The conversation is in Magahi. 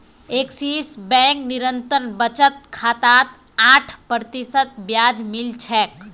एक्सिस बैंक निरंतर बचत खातात आठ प्रतिशत ब्याज मिल छेक